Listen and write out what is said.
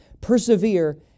persevere